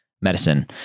medicine